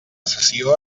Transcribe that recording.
sessió